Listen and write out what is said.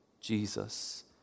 Jesus